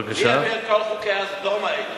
מי הביא את כל חוקי סדום האלה?